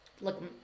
look